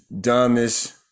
dumbest